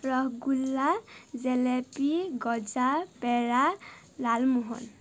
ৰসগোল্লা জেলেপী গজা পেৰা লালমোহন